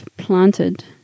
planted